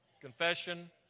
confession